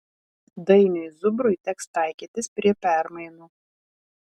dainiui zubrui teks taikytis prie permainų